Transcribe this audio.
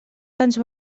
tants